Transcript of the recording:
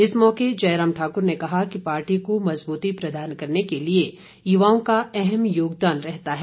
इस मौके जयराम ठाकुर ने कहा कि पार्टी को मजबूती प्रदान करने के लिए युवाओं का अहम योगदान रहता है